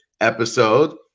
episode